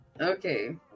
okay